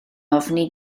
ofni